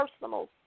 personal